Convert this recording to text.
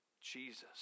Jesus